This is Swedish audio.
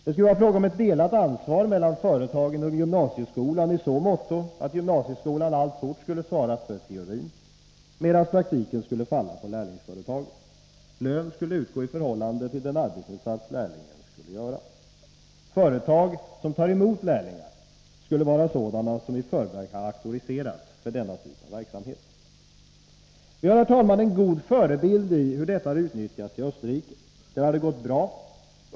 Det skulle vara fråga om ett delat ansvar mellan företaget och gymnasieskolan i så måtto att gymnasieskolan alltfort skulle svara för teorin, medan praktiken skulle falla på lärlingsföretaget. Lön skulle utgå i förhållande till den arbetsinsats lärlingen skulle göra. Företag som tar emot lärlingar skulle vara sådana som i förväg har auktoriserats för denna typ av verksamhet. Vi har en god förebild i hur detta har utnyttjats i Österrike. Där har det gått bra.